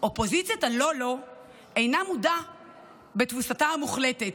אופוזיציית הלא-לא אינה מודה בתבוסתה המוחלטת.